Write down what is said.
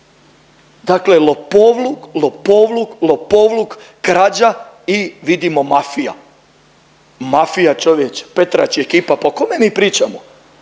Dakle, lopovluk, lopovluk, lopovluk, krađa i vidimo mafija. Mafija čovječe, Petrač i ekipa, pa o kome mi pričamo.